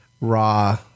Raw